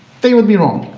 they would be wrong,